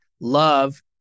love